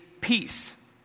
peace